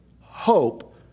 hope